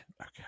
Okay